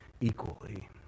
equally